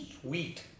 sweet